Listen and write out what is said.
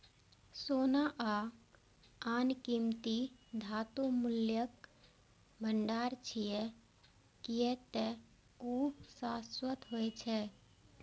सोना आ आन कीमती धातु मूल्यक भंडार छियै, कियै ते ओ शाश्वत होइ छै